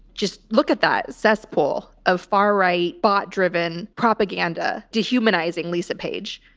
just look at that cesspool of far right, bot driven, propaganda. dehumanizing lisa page.